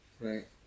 Right